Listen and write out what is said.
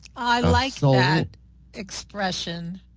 i like that expression.